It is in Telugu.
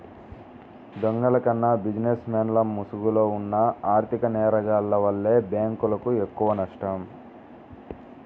దొంగల కన్నా బిజినెస్ మెన్ల ముసుగులో ఉన్న ఆర్ధిక నేరగాల్ల వల్లే బ్యేంకులకు ఎక్కువనష్టం